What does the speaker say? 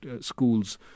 schools